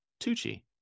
Tucci